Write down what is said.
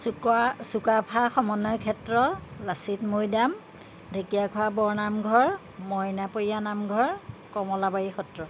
চুকা চুকাফা সমনয়েত্ৰ লাচিত মৈদাম ঢেকীয়া খোৱা বৰনামঘৰ মইনা পৰিয়া নামঘৰ কমলাবাৰী সত্ৰ